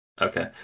Okay